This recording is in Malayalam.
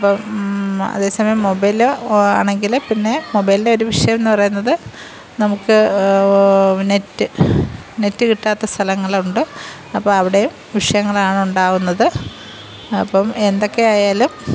അപ്പം അതേസമയം മൊബൈൽലോ ആണെങ്കിൽ പിന്നെ മൊബൈൽൻ്റെ ഒരു വിഷയം എന്നു പറയുന്നത് നമുക്ക് നെറ്റ് നെറ്റ് കിട്ടാത്ത സ്ഥലങ്ങളുണ്ട് അപ്പോൾ അവിടെയും വിഷയങ്ങളാണ് ഉണ്ടാകുന്നത് അപ്പം എന്തൊക്കെയായാലും